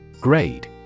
Grade